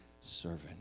servant